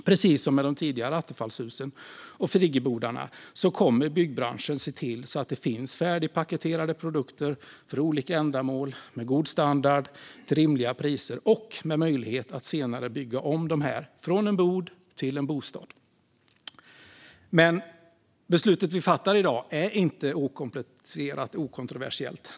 Precis som med de tidigare attefallshusen och friggebodarna kommer byggbranschen att se till att det finns färdigpaketerade produkter för olika ändamål av god standard till rimliga priser, och det finns möjlighet att senare bygga om en bod till en bostad. Men beslutet vi fattar i dag är inte okomplicerat och okontroversiellt.